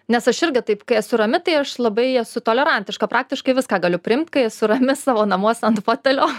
nes aš irgi taip kai esu rami tai aš labai esu tolerantiška praktiškai viską galiu priimt kai esu rami savo namuose ant fotelio